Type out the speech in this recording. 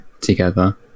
together